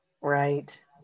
right